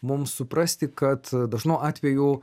mums suprasti kad dažnu atveju